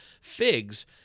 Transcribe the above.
figs